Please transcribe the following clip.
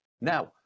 Now